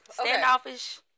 Standoffish